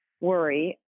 worry